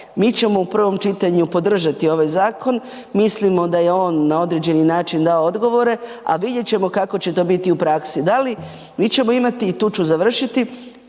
mi ćemo u prvom čitanju podržati ovaj zakon, mislimo da je on na određeni način dao odgovore a vidjet ćemo kako će to biti u praksi. Da li mi ćemo imati i tu ću završiti,